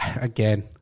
again